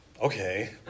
Okay